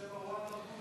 בשם מרואן ברגותי.